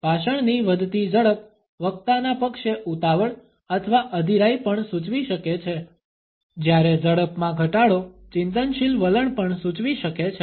ભાષણની વધતી ઝડપ વક્તાના પક્ષે ઉતાવળ અથવા અધીરાઈ પણ સૂચવી શકે છે જ્યારે ઝડપમાં ઘટાડો ચિંતનશીલ વલણ પણ સૂચવી શકે છે